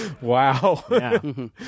Wow